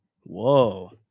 Whoa